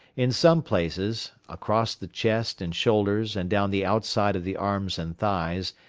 in some places, across the chest and shoulders and down the outside of the arms and thighs,